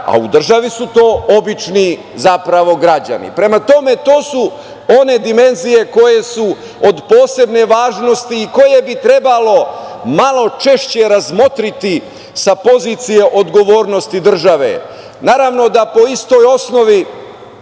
a u državi su to obični zapravo građani. Prema tome, to su one dimenzije koje su od posebne važnosti koje bi trebalo malo češće razmotriti sa pozicija odgovornosti države. Naravno, da po istoj osnovi